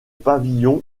pavillon